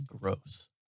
gross